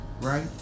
right